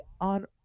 on